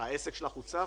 --- העסק שלך הוצף?